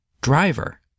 driver